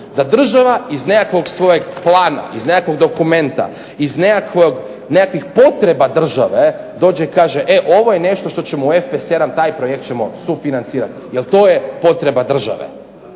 da država iz nekakvog svojeg plana, iz nekakvog dokumenta, iz nekakvih potreba države dođe i kaže e ovo je nešto što ćemo F51 taj projekt ćemo sufinancirati jer to je potreba države.